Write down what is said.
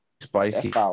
Spicy